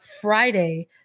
Friday